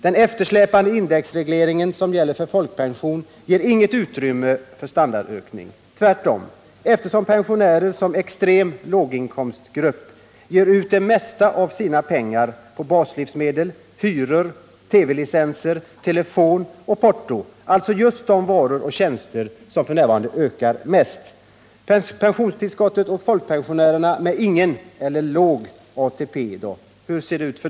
Den eftersläpande indexregleringen som gäller för folkpensionen ger inget utrymme för standardökning — tvärtom, eftersom pensionärerna som extrem låginkomstgrupp ger ut det mesta av sina pengar på baslivsmedel, hyror, TV-licenser, telefon och porto — alltså just de varor och tjänster som ökat mest. : Pensionstillskotten åt folkpensionärer med ingen eller låg ATP, då?